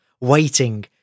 waiting